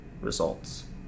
results